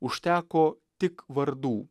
užteko tik vardų